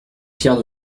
pierre